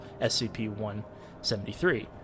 SCP-173